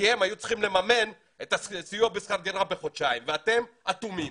כי הם היו צריכים לממן את הסיוע בשכר דירה לחודשיים ואתם אטומים.